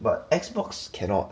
but Xbox cannot